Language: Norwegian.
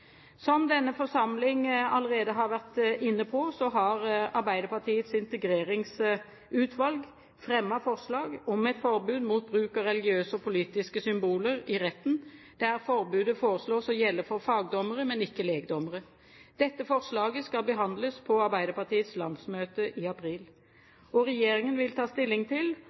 Som denne forsamling allerede har vært inne på, har Arbeiderpartiets integreringsutvalg fremmet forslag om et forbud mot bruk av religiøse og politiske symboler i retten, der forbudet foreslås å gjelde for fagdommere, men ikke legdommere. Dette forslaget skal behandles på Arbeiderpartiets landsmøte i april. Regjeringen vil ta stilling til